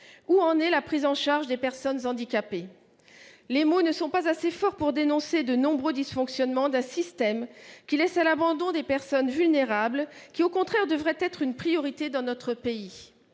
Où en est la prise en charge des personnes handicapées ? Les mots ne sont pas assez forts pour dénoncer les nombreux dysfonctionnements d’un système qui laisse à l’abandon des personnes vulnérables, alors que celles ci, au contraire, devraient être une priorité dans notre pays.